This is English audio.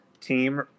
team